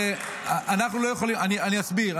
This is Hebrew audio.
אני אסביר.